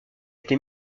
été